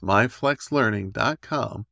MyFlexLearning.com